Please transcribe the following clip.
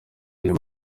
iyihe